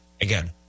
Again